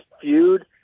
feud